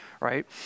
right